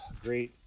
great